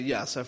Yes